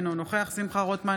אינו נוכח שמחה רוטמן,